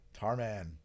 Tarman